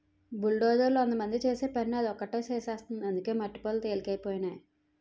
బుల్డోజర్లు వందమంది చేసే పనిని అది ఒకటే చేసేస్తుంది అందుకే మట్టి పనులు తెలికైపోనాయి